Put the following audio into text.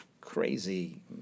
crazy